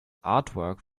artwork